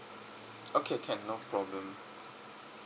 okay can no problem